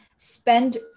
Spend